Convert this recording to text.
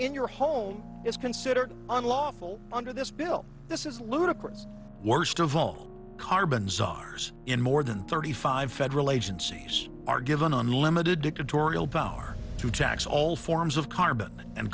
in your home is considered unlawful under this bill this is ludicrous worst of all carbon czars in more than thirty five federal agencies are given unlimited dictatorial power to tax all forms of